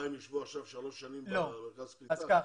הם ישבו עכשיו שלוש שנים במרכז הקליטה?